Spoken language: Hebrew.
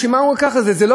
ואני אגיד לכם עוד דבר: